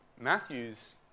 Matthew's